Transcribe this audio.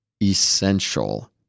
essential